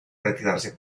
retirarse